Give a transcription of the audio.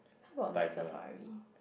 how about Night Safari